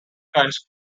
kinds